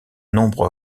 nombre